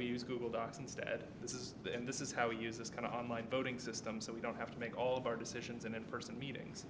we use google docs instead this is and this is how we use this kind of online voting system so we don't have to make all of our decisions and in person meetings